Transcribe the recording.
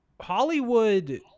Hollywood